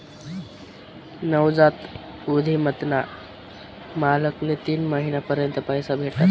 नवजात उधिमताना मालकले तीन महिना पर्यंत पैसा भेटस